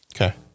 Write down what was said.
Okay